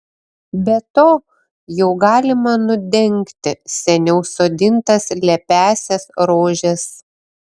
be to jau galima nudengti seniau sodintas lepiąsias rožes